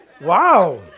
Wow